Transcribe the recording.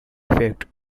effect